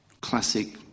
classic